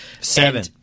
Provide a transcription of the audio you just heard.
Seven